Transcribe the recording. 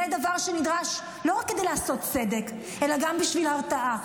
זה דבר שנדרש לא רק כדי לעשות צדק אלא גם בשביל הרתעה.